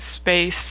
space